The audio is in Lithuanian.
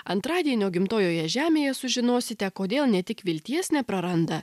antradienio gimtojoje žemėje sužinosite kodėl ne tik vilties nepraranda